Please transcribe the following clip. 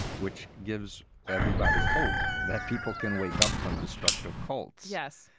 which gives everybody hope that people can wake up from destructive cults. yes.